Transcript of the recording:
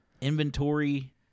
inventory